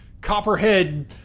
Copperhead